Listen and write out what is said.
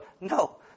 No